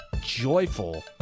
joyful